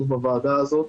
בוועדה הזאת.